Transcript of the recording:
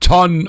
Ton